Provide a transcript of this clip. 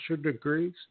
degrees